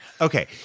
Okay